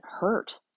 hurt